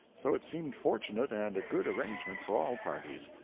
so it seemed fortunate and a good arrangement for all parties.